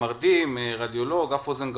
מרדים, רדיולוג, אף אוזן גרון,